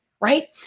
right